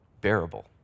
bearable